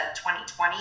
2020